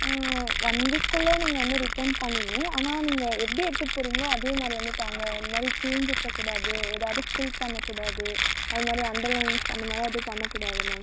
one வீக்குள்ளே நீங்கள் வந்து ரிட்டன் பண்ணிடணும் ஆனால் நீங்கள் எப்படி எடுத்துகிட்டு போறீங்களோ அதே மாதிரி வந்து தாங்க இந்த மாதிரி கிழிந்து இருக்கக்கூடாது ஏதாவது ஃபில் பண்ணக்கூடாது அது மாதிரி அன்டர்லைன்ஸ் அந்த மாதிரிலாம் எதுவும் பண்ணக்கூடாது மேம்